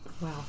wow